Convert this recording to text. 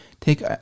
take